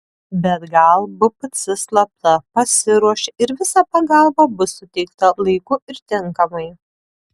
bet gal bpc slapta pasiruošė ir visa pagalba bus suteikta laiku ir tinkamai